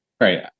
Right